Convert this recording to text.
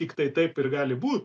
tiktai taip ir gali būt